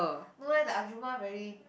no leh the ajumma very